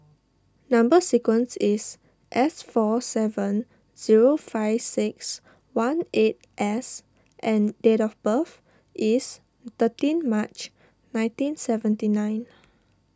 Number Sequence is S four seven zero five six one eight S and date of birth is thirteen March nineteen seventy nine